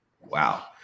wow